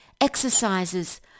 exercises